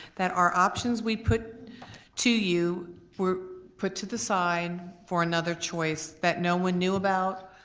that our options we put to you were put to the side for another choice that no one knew about